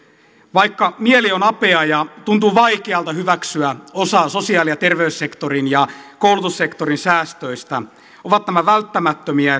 vaikka mieli on apea ja tuntuu vaikealta hyväksyä osaa sosiaali ja terveyssektorin ja koulutussektorin säästöistä ovat nämä välttämättömiä